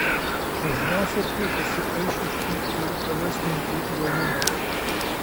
dažniausiai pliekiasi eišiškių ir kalesninkų jaunimas